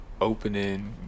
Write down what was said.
opening